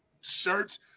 shirts